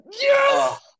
Yes